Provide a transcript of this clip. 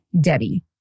Debbie